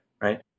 right